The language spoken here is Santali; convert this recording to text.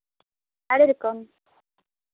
ᱟᱹᱰᱤ ᱨᱚᱠᱚᱢ